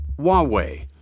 Huawei